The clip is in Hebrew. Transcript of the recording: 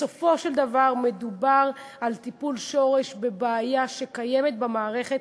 בסופו של דבר מדובר על טיפול שורש בבעיה שקיימת במערכת,